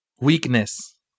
Weakness